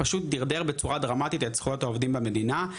הוא פשוט דרדר בצורה דרמטית את זכויות העובדים במדינה,